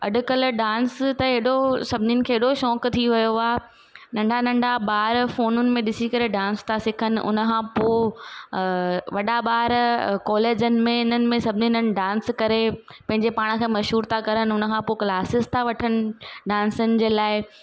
अॼुकल्ह डांस त एॾो सभिनीनि खे एॾो शौंकु थी वियो आहे नंढा नंढा ॿार फ़ोनुनि में ॾिसी करे डांस था सिखनि उनखां पोइ वॾा ॿार कॉलेजनि में हिननि में सभिनीनि हंधि डांस करे पंहिंजे पाण खे मशहूरु था करनि उनखां पोइ क्लासिस था वठनि डांसनि जे लाइ